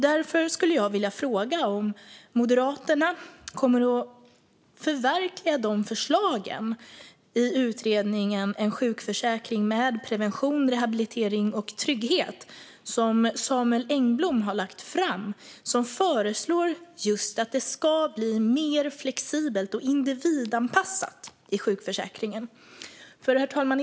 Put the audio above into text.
Därför skulle jag vilja fråga om Moderaterna kommer att förverkliga förslagen i utredningen En sjukförsäkring med prevention, rehabilitering och trygghet som Samuel Engblom har lagt fram och som föreslår just att det ska bli mer flexibelt och individanpassat i sjukförsäkringen. Herr talman!